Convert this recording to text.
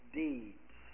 deeds